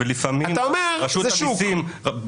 ולפעמים רשות המסים --- אתה אומר שזה שוק.